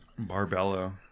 Barbello